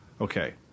Okay